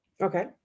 Okay